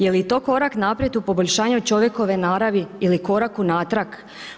Je li je to korak naprijed u poboljšanju čovjekove naravi ili korak unatrag?